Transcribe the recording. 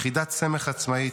יחידת סמך עצמאית,